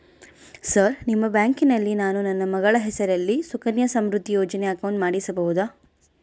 Sir ನಿಮ್ಮ ಬ್ಯಾಂಕಿನಲ್ಲಿ ನಾನು ನನ್ನ ಮಗಳ ಹೆಸರಲ್ಲಿ ಸುಕನ್ಯಾ ಸಮೃದ್ಧಿ ಯೋಜನೆ ಅಕೌಂಟ್ ಮಾಡಿಸಬಹುದಾ?